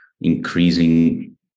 increasing